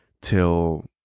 till